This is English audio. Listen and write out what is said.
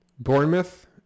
Bournemouth